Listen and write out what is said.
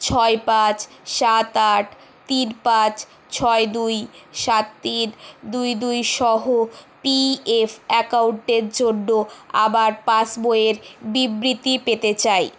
ছয় পাঁচ সাত আট তিন পাঁচ ছয় দুই সাত তিন দুই দুই সহ পি এফ অ্যাকাউন্টের জন্য আমার পাসবইয়ের বিবৃতি পেতে চাই